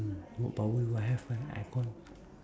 what power do I have when icon